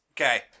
Okay